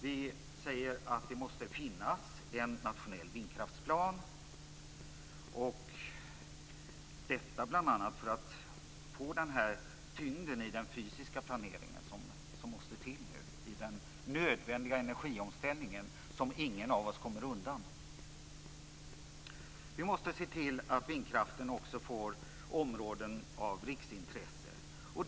Vi säger att det måste finnas en nationell vindkraftsplan, detta bl.a. för att få den tyngd i den fysiska planeringen som nu måste till i den nödvändiga energiomställning som ingen av oss kommer undan. Vi måste se till att vindkraften också får områden av riksintresse.